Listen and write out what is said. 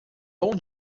bom